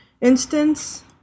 instance